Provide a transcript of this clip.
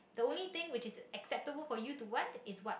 the only thing which is acceptable for you is what